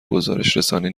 گزارشرسانی